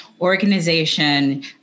organization